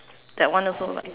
that one also right